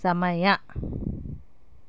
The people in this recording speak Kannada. ಸಮಯ